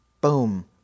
Boom